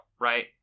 right